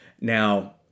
Now